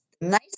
Nice